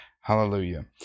Hallelujah